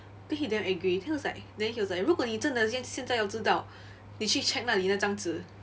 then he damn angry then he was like then he was like 如果你真的现在要知道你去 check 那里那张纸